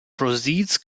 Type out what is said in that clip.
proceeds